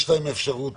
יש להן אפשרות